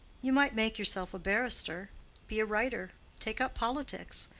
you might make yourself a barrister be a writer take up politics.